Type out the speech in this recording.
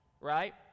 right